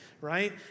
right